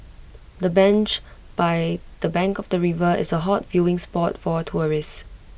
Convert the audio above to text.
the bench by the bank of the river is A hot viewing spot for tourists